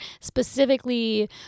specifically